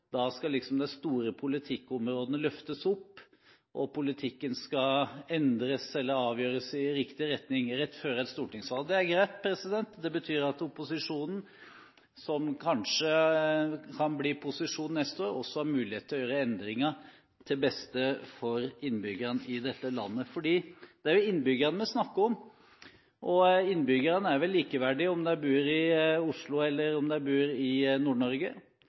de store politikkområdene løftes opp, og politikken skal endres eller avgjøres i riktig retning rett før et stortingsvalg. Det er greit. Det betyr at opposisjonen, som kanskje kan bli posisjon neste år, også har mulighet til å gjøre endringer til beste for innbyggerne i dette landet. For det er jo innbyggerne vi snakker om. Innbyggerne er vel likeverdige om de bor i Oslo eller om de bor i